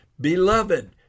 Beloved